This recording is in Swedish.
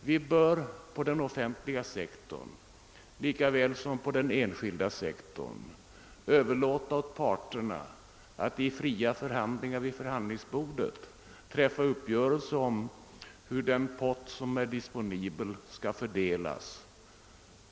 Vi bör på den offentliga sektorn lika väl som på den enskilda överlåta åt parterna att i fria förhandlingar träffa uppgörelser om hur den pott som är disponibel skall fördelas.